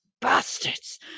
bastards